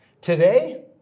Today